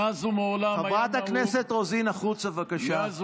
מאז ומעולם, חברת הכנסת רוזין, החוצה, בבקשה.